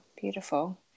Beautiful